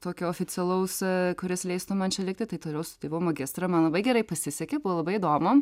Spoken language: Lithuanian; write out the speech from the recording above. tokio oficialaus kuris leistų man čia likti tai toliau studijavau magistrą man labai gerai pasisekė buvo labai įdomu